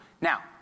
now